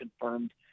confirmed